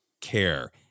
care